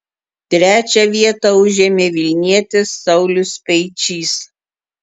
trečią vietą užėmė vilnietis saulius speičys